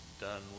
done